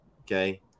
okay